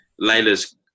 Layla's